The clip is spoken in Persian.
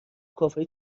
کافه